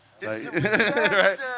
Right